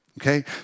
Okay